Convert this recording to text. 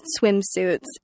swimsuits